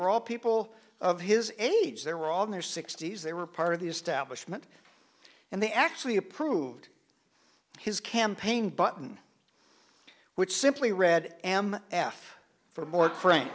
were all people of his age they were all in their sixty's they were part of the establishment and they actually approved his campaign button which simply read am f for more cran